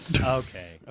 Okay